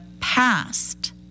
past